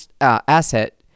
asset